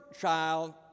child